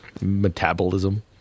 metabolism